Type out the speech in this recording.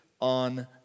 on